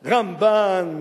רמב"ן,